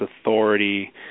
authority